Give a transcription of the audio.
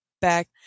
back